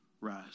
rise